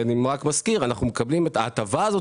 אני רק מזכיר שאנחנו מקבלים את ההטבה הזאת